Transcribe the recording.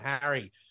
Harry